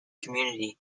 community